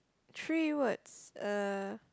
three words uh